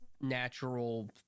natural